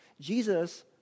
Jesus